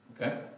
Okay